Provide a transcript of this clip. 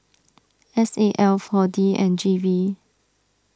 S A L four D and G V